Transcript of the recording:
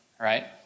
right